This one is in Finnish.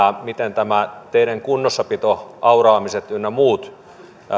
miten teiden kunnossapito auraamiset ynnä muut